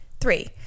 Three